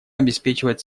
обеспечивать